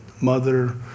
mother